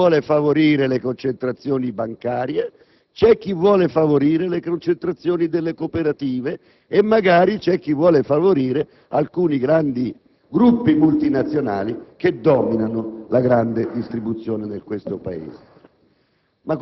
C'è chi vuole favorire le concentrazioni bancarie, chi le concentrazioni delle cooperative e magari c'è chi vuole favorire alcuni grandi gruppi multinazionali che dominano la grande distribuzione del Paese.